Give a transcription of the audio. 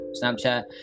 Snapchat